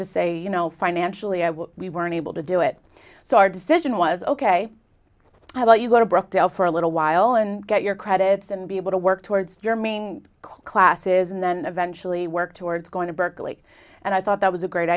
just say you know financially we weren't able to do it so our decision was ok i let you go to brook del for a little while and get your credits and be able to work towards your main classes and then eventually work towards going to berkeley and i thought that was a great